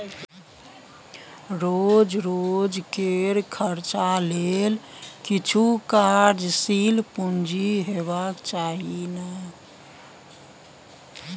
रोज रोजकेर खर्चा लेल किछु कार्यशील पूंजी हेबाक चाही ने